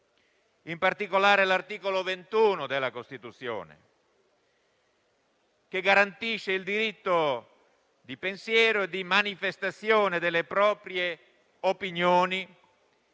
In particolare, l'articolo 21 della Costituzione, che garantisce il diritto di pensiero e di manifestazione delle proprie opinioni